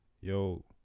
Yo